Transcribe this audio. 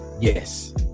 Yes